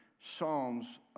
psalms